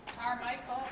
carmichael.